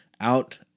out